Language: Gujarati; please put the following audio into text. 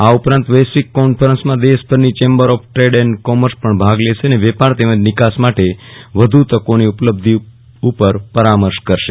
આ ઉપરાંત આ વૈશ્વિક કોન્ફરન્સમાં દેશભરની chambers of trade and commerce પણ ભાગ લેશે અને વેપાર તેમજ નિકાસ માટે વધુ તકોની ઉપલબ્ધિ ઉપર પરામર્શ કરશે